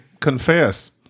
confess